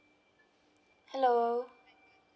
hello